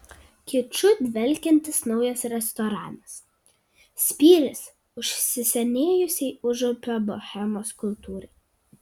kiču dvelkiantis naujas restoranas spyris užsisenėjusiai užupio bohemos kultūrai